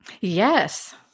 yes